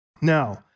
Now